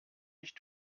ich